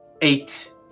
eight